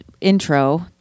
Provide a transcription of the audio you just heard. intro